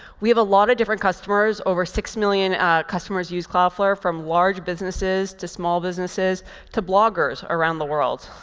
we have a lot of different customers. over six million customers use cloudflare, from large businesses to small businesses to bloggers around the world.